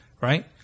right